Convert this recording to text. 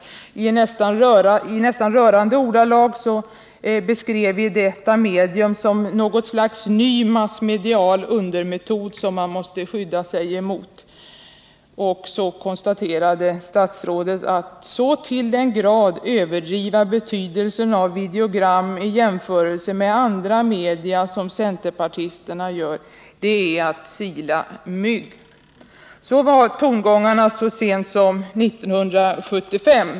I nästan rörande ordalag beskrivs detta medium som något slags ny massmedial undermetod, som man måste skydda sig mot.” Och därefter konstaterade statsrådet följande: ”Men att så till den grad överdriva betydelsen av videogram i jämförelse med andra media, som centerpartisterna gör, är att sila mygg.” Sådana var tongångarna så sent som 1975.